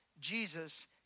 Jesus